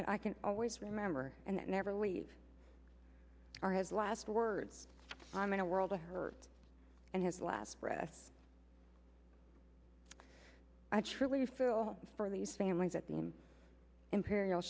that i can always remember and never leave are his last words i'm in a world of hurt and his last breath i truly feel for these families at the m imperial